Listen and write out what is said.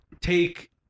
take